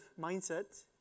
mindset